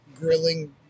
grilling